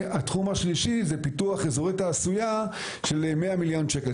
התחום השלישי זה פיתוח אזורי תעשייה של 100 מיליון שקלים,